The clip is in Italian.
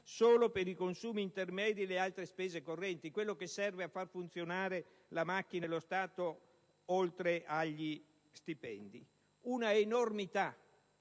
solo per i consumi intermedi e le altre spese correnti, quello che serve a far funzionare la macchina dello Stato oltre agli stipendi: un'enormità,